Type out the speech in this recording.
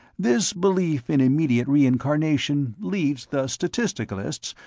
this belief in immediate reincarnation leads the statisticalists,